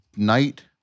night